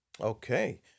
Okay